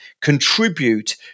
contribute